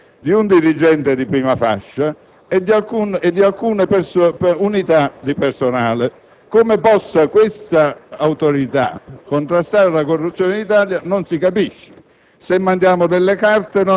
di due vice presidenti, di un dirigente di prima fascia e di alcune unità di personale. Come potrebbe mai questa autorità contrastare la corruzione in tutto il Paese?